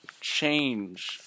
change